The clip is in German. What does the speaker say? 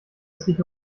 essig